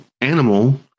animal